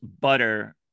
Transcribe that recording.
butter